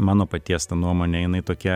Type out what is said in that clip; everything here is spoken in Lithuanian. mano paties ta nuomonė jinai tokia